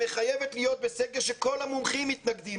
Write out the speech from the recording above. ומחייבת להיות בסגר, שכל המומחים מתנגדים לזה.